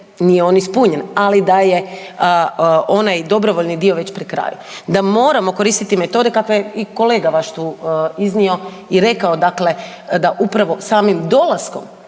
nije on ispunjen, ali da je onaj dobrovoljni dio već ori kraju, da moramo koristiti metode kakve i kolega vaš je tu iznio i rekao dakle da upravo samim dolaskom